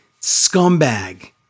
scumbag